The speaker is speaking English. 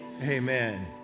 Amen